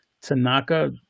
Tanaka